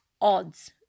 odds